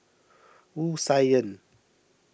Wu Tsai Yen